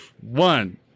one